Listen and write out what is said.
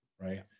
right